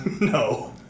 no